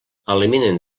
eliminen